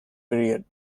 period